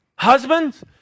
Husbands